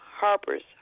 harpers